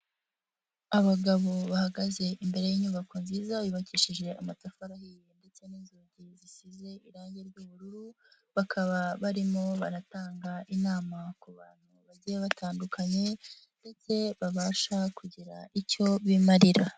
Abagabo bahagaze imbere y'inyubako nziza yubakishije amatafari ahiye ndetse n'inzugi zisize irangi ry'ubururu bakaba barimo baratanga inama ku bantu bagiye batandukanye ndetse babasha kugira icyo bimarira.